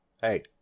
hey